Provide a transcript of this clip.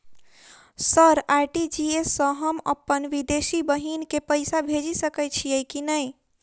Sir RTGS सँ हम अप्पन विदेशी बहिन केँ पैसा भेजि सकै छियै की नै?